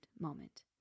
moment